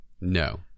no